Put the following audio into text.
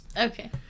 okay